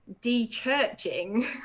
de-churching